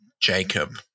Jacob